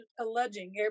alleging